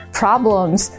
problems